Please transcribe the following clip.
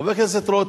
חבר הכנסת רותם,